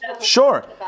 Sure